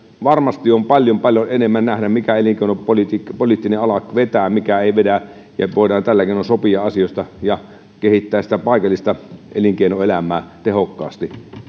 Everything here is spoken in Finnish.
varmasti on paljon paljon enemmän viisautta nähdä mikä elinkeinopoliittinen ala vetää mikä ei vedä ja voidaan tällä keinoin sopia asioista ja kehittää sitä paikallista elinkeinoelämää tehokkaasti